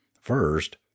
First